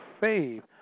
save